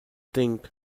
think